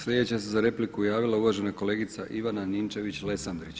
Sljedeća se za repliku javila uvažena kolegica Ivana Ninčević-Lesandrić.